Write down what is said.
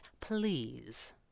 please